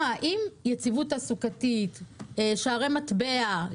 האם יציבות תעסוקתית, שערי מטבע.